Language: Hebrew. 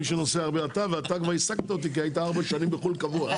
מי שנוסע הרבה זה אתה ואתה כבר השגת אותי כי היית ארבע שנים בחו"ל קבוע.